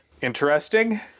interesting